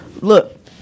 Look